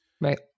Right